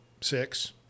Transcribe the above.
six